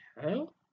Hell